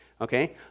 Okay